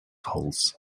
holes